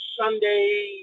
sunday